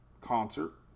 concert